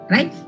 Right